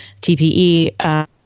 TPE